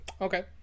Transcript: Okay